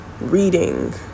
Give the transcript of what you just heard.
reading